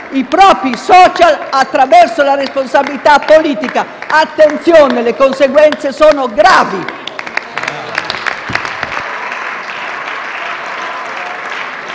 i propri *social* attraverso la responsabilità politica. Attenzione, perché le conseguenze sono gravi.